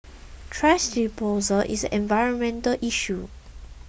thrash disposal is environmental issue